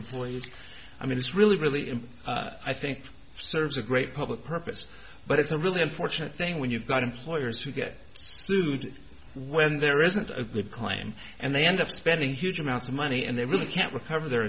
employees i mean it's really really in i think serves a great public purpose but it's a really unfortunate thing when you've got employers who get sued when there isn't a good plan and they end up spending huge amounts of money and they really can't recover their